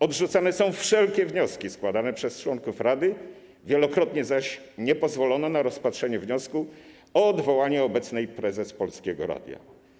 Odrzucane są wszelkie wnioski składane przez członków rady, wielokrotnie zaś nie pozwolono na rozpatrzenie wniosku o odwołanie obecnej prezes Polskiego Radia.